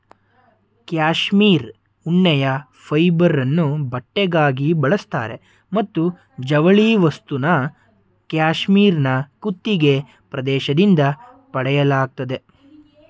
cashmere ಉಣ್ಣೆಯ ಫೈಬರನ್ನು ಬಟ್ಟೆಗಾಗಿ ಬಳಸ್ತಾರೆ ಮತ್ತು ಜವಳಿ ವಸ್ತುನ ಕ್ಯಾಶ್ಮೀರ್ನ ಕುತ್ತಿಗೆ ಪ್ರದೇಶದಿಂದ ಪಡೆಯಲಾಗ್ತದೆ